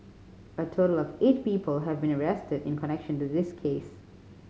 a total of eight people have been arrested in connection to this case